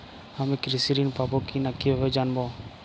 আমি কৃষি ঋণ পাবো কি না কিভাবে জানবো?